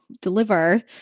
deliver